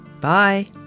Bye